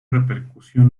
repercusión